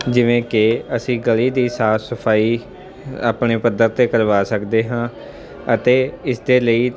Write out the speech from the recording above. ਜਿਵੇਂ ਕਿ ਅਸੀਂ ਗਲੀ ਦੀ ਸਾਫ ਸਫਾਈ ਆਪਣੇ ਪੱਧਰ 'ਤੇ ਕਰਵਾ ਸਕਦੇ ਹਾਂ ਅਤੇ ਇਸ ਦੇ ਲਈ